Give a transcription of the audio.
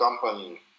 company